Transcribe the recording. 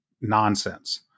nonsense